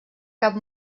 cap